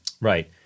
Right